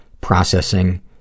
processing